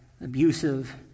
abusive